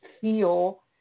feel